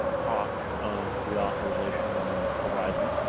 talk of reauthorization on the horizon.